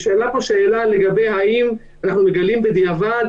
נשאלה פה שאלה האם אנחנו מגלים בדיעבד